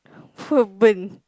poo burn